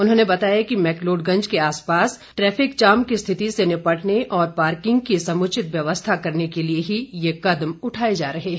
उन्होंने बताया कि मैकलोडगंज के आसपास ट्रैफिक जाम की स्थिति से निपटने और पार्किंग की समुचित व्यवस्था करने के लिए ही यह कदम उठाए जा रहे हैं